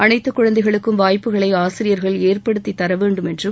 அனைத்து குழந்தைகளுக்கும் வாய்ப்புகளை ஆசிரியர்கள் ஏற்படுத்தித் தர வேண்டும் என்றும்